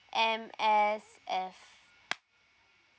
M_S_F